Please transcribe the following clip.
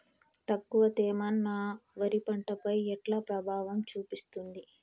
తక్కువ తేమ నా వరి పంట పై ఎట్లా ప్రభావం చూపిస్తుంది?